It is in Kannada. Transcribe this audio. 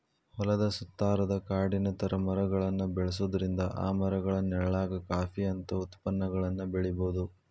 ಹೊಲದ ಸುತ್ತಾರಾದ ಕಾಡಿನ ತರ ಮರಗಳನ್ನ ಬೆಳ್ಸೋದ್ರಿಂದ ಆ ಮರಗಳ ನೆಳ್ಳಾಗ ಕಾಫಿ ಅಂತ ಉತ್ಪನ್ನಗಳನ್ನ ಬೆಳಿಬೊದು